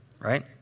Right